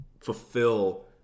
fulfill